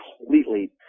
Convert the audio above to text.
completely